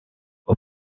aux